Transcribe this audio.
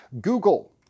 Google